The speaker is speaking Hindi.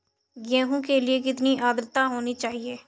गेहूँ के लिए कितनी आद्रता होनी चाहिए?